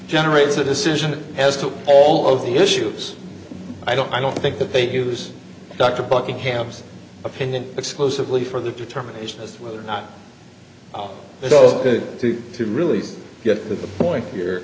generates a decision as to all of the issues i don't i don't think that they use dr buckingham's opinion exclusively for their determination as to whether or not those two to really get to the point here